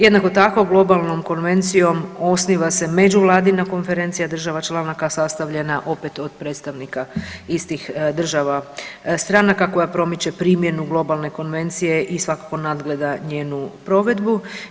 Jednako tako globalnom konvencijom osniva se međuvladina konferencija država članaka sastavljena opet od predstavnika istih država stranaka koja promiče primjenu globalne konvencije i svakako nadgleda njenu provedbu.